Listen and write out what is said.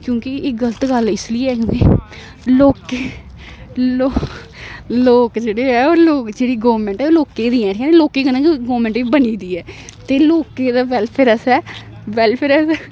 क्योंकि एह् गलत गल्ल इस लेई ऐ लोकें लोक जेह्ड़े ऐ लोक जेह्ड़ी गौरमेंट ऐ लोकें देियां लोकें कन्नै गौरमेंट गी बनी दी ऐ ते लोकें दा बेलफेयर आस्तै बेलफेयर